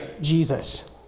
Jesus